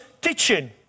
teaching